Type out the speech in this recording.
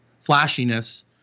flashiness